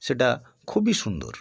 সেটা খুবই সুন্দর